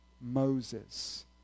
Moses